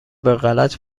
بهغلط